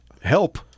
help